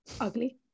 Ugly